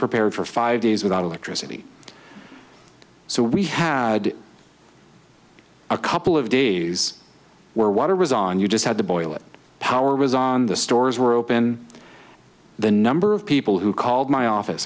prepared for five days without electricity so we had a couple of days where water was on you just had to boil it power was on the stores were open the number of people who called my office